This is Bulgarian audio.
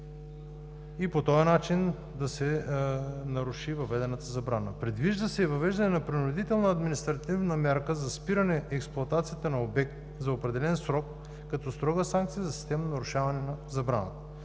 и по този начин да се наруши въведената забрана. Предвижда се и въвеждане на принудителна административна мярка за спиране експлоатацията на обект за определен срок, като строга санкция за системно нарушаване на забраната.